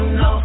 no